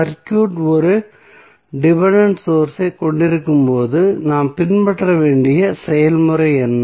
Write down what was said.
circuit ஒரு dependent source ஐக் கொண்டிருக்கும்போது நாம் பின்பற்ற வேண்டிய செயல்முறை என்ன